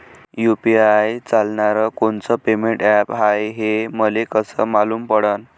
UPI चालणारं कोनचं payment app हाय, हे मले कस मालूम पडन?